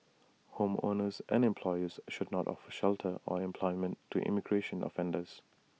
homeowners and employers should not offer shelter or employment to immigration offenders